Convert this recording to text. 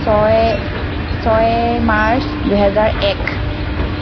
ছয় ছয় মাৰ্চ দুহেজাৰ এক